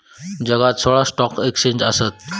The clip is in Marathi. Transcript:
जगात सोळा स्टॉक एक्स्चेंज आसत